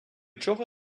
чого